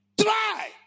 Try